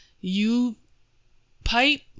U-pipe